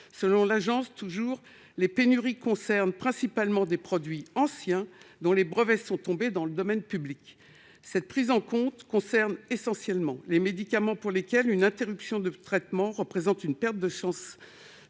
selon l'ANSM, les pénuries concernent principalement des produits anciens, dont les brevets sont tombés dans le domaine public. Cette prise en compte concerne essentiellement les médicaments pour lesquels une interruption de traitement représente une perte de chance